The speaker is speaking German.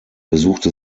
besuchte